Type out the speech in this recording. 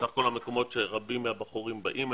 סך הכול המקומות שרבים מהבחורים באים,